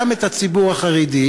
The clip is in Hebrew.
גם את הציבור החרדי,